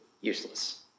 useless